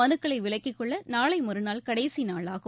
மனுக்களை விலக்கிக்கொள்ள நாளை மறுநாள் கடைசி நாளாகும்